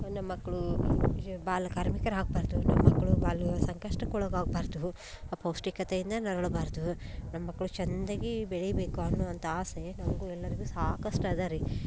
ನಮ್ಮ ಮಕ್ಕಳು ಬಾಲಕಾರ್ಮಿಕರು ಆಗಬಾರ್ದು ನಮ್ಮ ಮಕ್ಕಳು ಬಾಲ್ಯ ಸಂಕಷ್ಟಕ್ಕೆ ಒಳಗಾಗ್ಬಾರ್ದು ಅಪೌಷ್ಟಿಕತೆಯಿಂದ ನರಳಬಾರ್ದು ನಮ್ಮ ಮಕ್ಕಳು ಚಂದಾಗಿ ಬೆಳೀಬೇಕು ಅನ್ನುವಂಥ ಆಸೆ ನಮಗೂ ಎಲ್ಲರಿಗೂ ಸಾಕಷ್ಟು ಅದ ರೀ